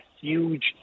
huge –